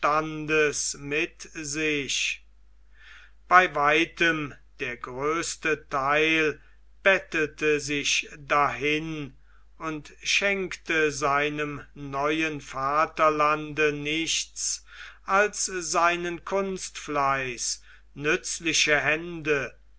mit sich bei weitem der größte theil bettelte sich dahin und schenkte seinem neuen vaterlande nichts als seinen kunstfleiß nützliche hände